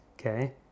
Okay